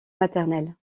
maternel